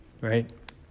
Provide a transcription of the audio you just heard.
right